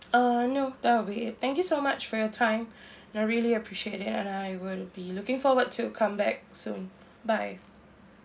uh no that will be it thank you so much for your time I really appreciate it and I will be looking forward to come back soon bye